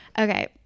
Okay